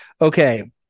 Okay